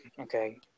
Okay